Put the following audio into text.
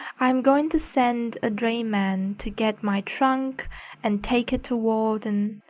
i'm going to send a drayman to get my trunk and take it to walden.